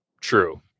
true